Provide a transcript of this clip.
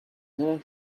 never